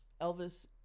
Elvis